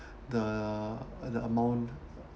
the uh the amount